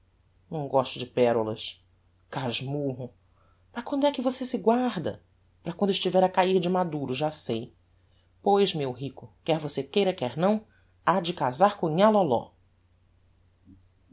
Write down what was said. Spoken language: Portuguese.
não gosto de perolas casmurro para quando é que você se guarda para quando estiver a cair de maduro já sei pois meu rico quer você queira quer não ha de casar com nhã lóló